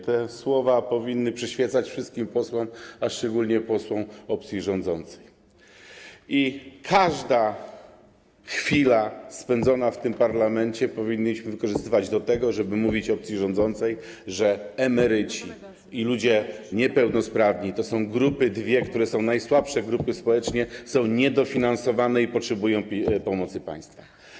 Te słowa powinny przyświecać wszystkim posłom, a szczególnie posłom opcji rządzącej, i każdą chwilę spędzoną w tym parlamencie powinniśmy wykorzystywać do tego, żeby mówić opcji rządzącej, że emeryci i ludzie niepełnosprawni to są dwie grupy, które są najsłabsze społecznie, są niedofinansowane i potrzebują pomocy państwa.